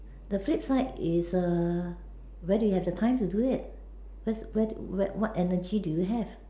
the flip side is err where do you have the time to do it where's where where what energy do you have